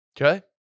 okay